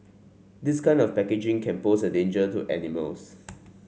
this kind of packaging can pose a danger to animals